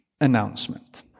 announcement